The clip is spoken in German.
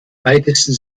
weitesten